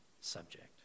subject